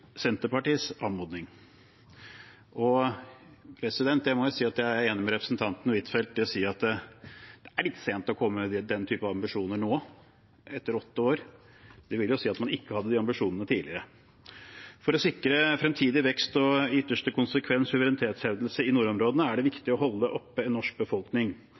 Senterpartiets anmodning. Jeg må si at jeg er enig med representanten Huitfeldt i at det er litt sent å komme med den type ambisjoner nå, etter åtte år. Det vil jo si at man ikke hadde de ambisjonene tidligere. For å sikre fremtidig vekst og i ytterste konsekvens suverenitetshevdelse i nordområdene er det viktig å holde oppe en norsk befolkning.